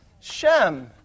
Shem